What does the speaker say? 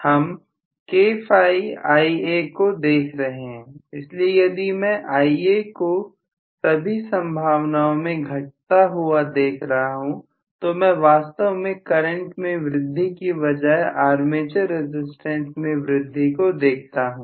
हम kφIa को देख रहे हैं इसलिए यदि मैं Ia को सभी संभावनाओं में घटता हुआ देख रहा हूं तो मैं वास्तव में करंट में वृद्धि के बजाय आर्मेचर रसिस्टेंस में वृद्धि को देखता हूं